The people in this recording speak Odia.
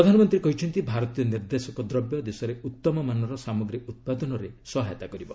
ପ୍ରଧାନମନ୍ତ୍ରୀ କହିଛନ୍ତି ଭାରତୀୟ ନିର୍ଦ୍ଦେଶକ ଦ୍ରବ୍ୟ ଦେଶରେ ଉତ୍ତମ ମାନର ସାମଗ୍ରୀ ଉତ୍ପାଦନରେ ସହାୟତା କରିବ